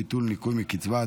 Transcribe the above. ביטול ניכוי מקצבה),